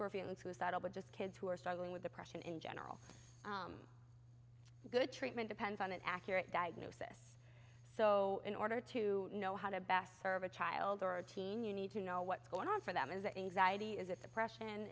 are feeling suicidal but just kids who are struggling with depression in general good treatment depends on an accurate diagnosis so in order to know how to best serve a child or a teen you need to know what's going on for them is a variety is it depression